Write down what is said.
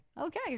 Okay